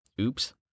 Oops